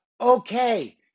Okay